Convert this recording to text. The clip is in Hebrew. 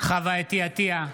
חוה אתי עטייה,